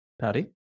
Patty